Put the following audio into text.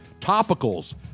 topicals